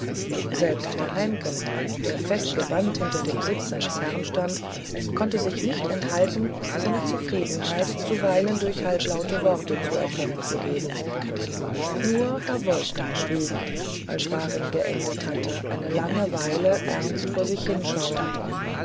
selbst herr heimken der festgebannt hinter dem sitze seines herrn stand konnte sich nicht enthalten seine zufriedenheit zuweilen durch halblaute worte zu erkennen zu geben nur herr wolfgang schwieg als waring geendigt hatte eine lange weile ernst vor sich hin schauend